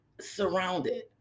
surrounded